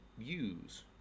use